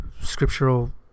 scriptural